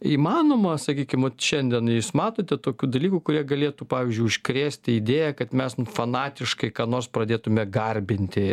įmanoma sakykim vat šiandien jūs matote tokių dalykų kurie galėtų pavyzdžiui užkrėsti idėja kad mes fanatiškai ką nors pradėtume garbinti